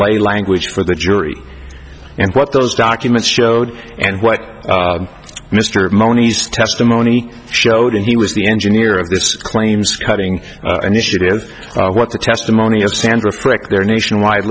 lay language for the jury and what those documents showed and what mr mani's testimony showed and he was the engineer of this claims cutting initiative what the testimony of sandra frick their nationwide